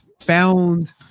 found